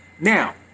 Now